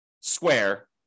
square